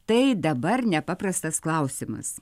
tai dabar ne paprastas klausimas